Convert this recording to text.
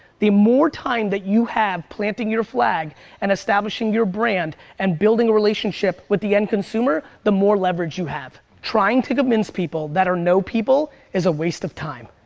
the more time that you have planting your flag and establishing your brand and building a relationship with the end consumer, the more leverage you have. trying to convince people that are no-people, is a waste of time.